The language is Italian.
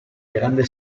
grande